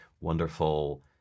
wonderful